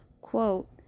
Quote